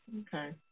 Okay